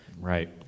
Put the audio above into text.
Right